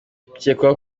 ukekwaho